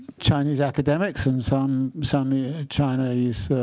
chinese academics and some some yeah chinese